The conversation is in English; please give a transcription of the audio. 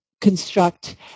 construct